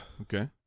Okay